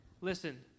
Listen